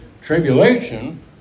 tribulation